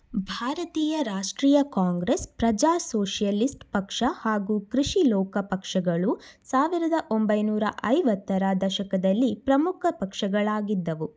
ಭಾರತೀಯ ರಾಷ್ಟ್ರೀಯ ಕಾಂಗ್ರೆಸ್ ಪ್ರಜಾ ಸೋಷಿಯಲಿಸ್ಟ್ ಪಕ್ಷ ಹಾಗೂ ಕೃಷಿಲೋಕ ಪಕ್ಷಗಳು ಸಾವಿರದ ಒಂಬೈನೂರ ಐವತ್ತರ ದಶಕದಲ್ಲಿ ಪ್ರಮುಖ ಪಕ್ಷಗಳಾಗಿದ್ದವು